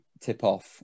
tip-off